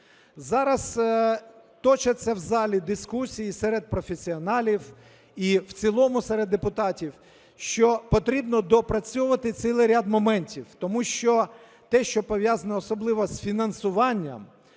Зараз точаться в залі дискусії серед професіоналів і в цілому серед депутатів, що потрібно допрацьовувати цілий ряд моментів. Тому що те, що пов'язано особливо з фінансуванням,